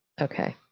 okay.